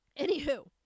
Anywho